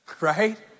right